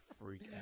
freak